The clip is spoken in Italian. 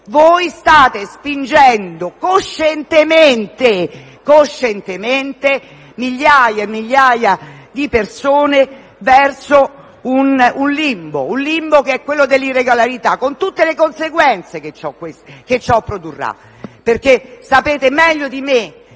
Voi state spingendo coscientemente migliaia e migliaia di persone verso il limbo dell'irregolarità, con tutte le conseguenze che ciò produrrà. Sapete infatti meglio di me